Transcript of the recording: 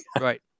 Right